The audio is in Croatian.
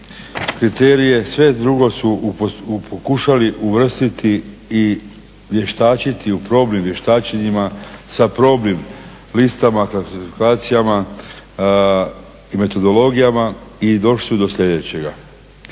kriterije, sve drugo su pokušali uvrstiti i vještačiti u probnim vještačenjima, sa probnim listama, kvalifikacijama i metodologijama. I došli su do sljedećega,